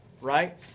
right